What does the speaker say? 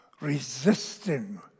resisting